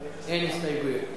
אין הסתייגויות.